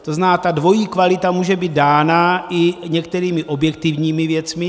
To znamená, dvojí kvalita může být dána i některými objektivními věcmi.